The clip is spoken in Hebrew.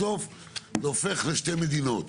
בסוף זה הופך לשתי מדינות.